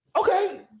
Okay